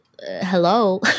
Hello